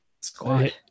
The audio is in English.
squad